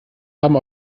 haben